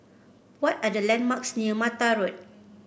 what are the landmarks near Mata Road